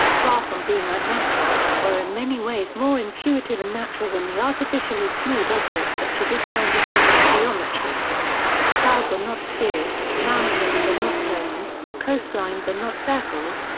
far from being unnatural, were in many ways more intuitive and natural than the artificially smooth objects of traditional euclidean geometry clouds are not spheres, mountains are not cones, coastlines are not circles,